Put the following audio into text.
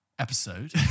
episode